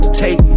take